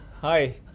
Hi